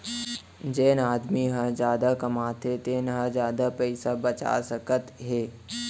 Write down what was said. जेन आदमी ह जादा कमाथे तेन ह जादा पइसा बचा सकत हे